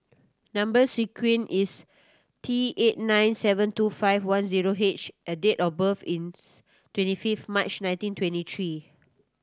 number sequence is T eight nine seven two five one zero H and date of birth is twenty fifth March nineteen twenty three